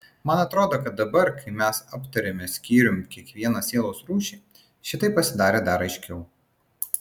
man atrodo kad dabar kai mes aptarėme skyrium kiekvieną sielos rūšį šitai pasidarė dar aiškiau